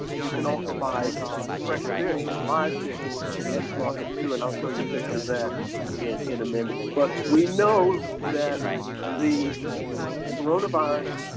you can also buy fresh fish and live fish in these markets too, and i'll show you a picture of that in in a minute. but we know that the coronavirus